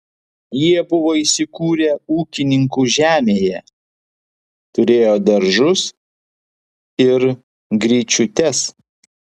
jie buvo įsikūrę ūkininkų žemėje turėjo daržus ir gryčiutes